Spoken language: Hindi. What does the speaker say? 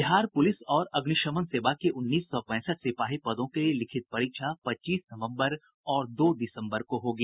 बिहार पुलिस और अग्निशमन सेवा के उन्नीस सौ पैंसठ सिपाही पदों के लिए लिखित परीक्षा पच्चीस नवम्बर और दो दिसम्बर को होगी